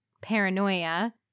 paranoia